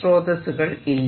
സ്രോതസ്സുകൾ ഇല്ല